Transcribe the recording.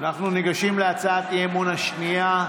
להצעת האי-אמון השנייה.